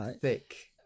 thick